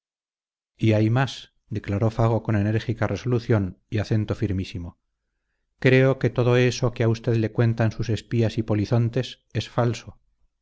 y hay más declaró fago con enérgica resolución y acento firmísimo creo que todo eso que a usted le cuentan sus espías y polizontes es falso